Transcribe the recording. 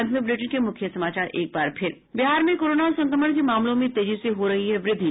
और अब अंत में मुख्य समाचार बिहार में कोरोना संक्रमण के मामलों में तेजी से हो रही है वृद्धि